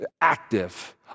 active